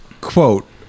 quote